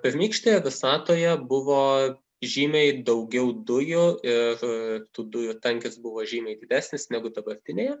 pirmykštė visatoje buvo žymiai daugiau dujų ir tų dujų tankis buvo žymiai didesnis negu dabartinėje